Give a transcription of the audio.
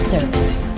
Service